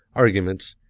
arguments,